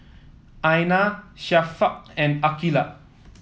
Aina Syafiqah and Aqilah